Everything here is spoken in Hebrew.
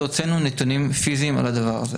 והוצאנו נתונים פיזיים על הדבר הזה.